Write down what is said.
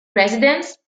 residence